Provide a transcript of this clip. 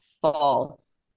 false